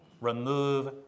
remove